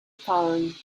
phone